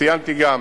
ציינתי גם